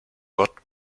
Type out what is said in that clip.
gott